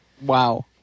Wow